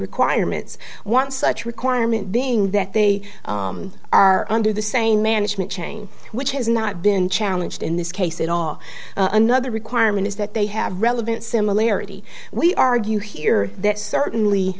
requirements one such requirement being that they are under the same management chain which has not been challenged in this case at all another requirement is that they have relevant similarity we argue here that certainly